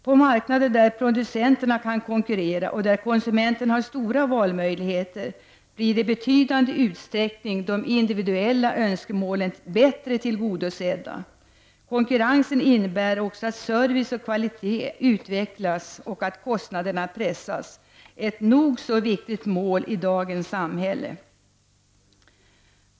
På marknader där producenterna kan konkurrera och där konsumenterna har stora valmöjligheter blir i betydande utsträckning de individuella önskemålen bättre tillgodosedda. Konkurrensen innebär också att service och kvalitet utvecklas och att kostnaderna pressas — ett nog så viktigt mål i dagens samhälle.